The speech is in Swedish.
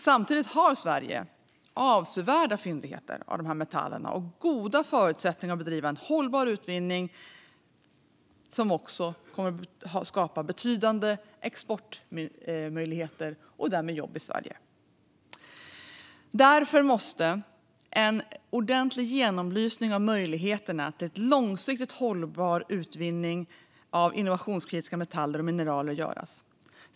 Samtidigt har Sverige avsevärda fyndigheter av dessa metaller och goda förutsättningar att bedriva en hållbar utvinning, vilket också skapar betydande exportmöjligheter och därmed jobb i Sverige. Därför måste en ordentlig genomlysning av möjligheterna till en långsiktigt hållbar utvinning av innovationskritiska metaller och mineral göras.